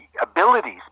abilities